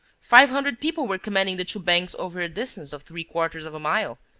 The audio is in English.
five hundred people were commanding the two banks over a distance of three-quarters of a mile.